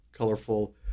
colorful